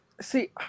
See